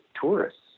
tourists